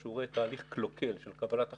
כשהוא רואה תהליך קלוקל של קבלת החלטות,